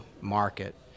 market